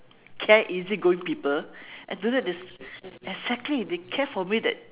care easygoing people and to know that they exactly they care for me that